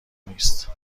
نیست